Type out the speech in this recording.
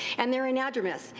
and theyire anadromous.